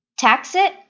Taxit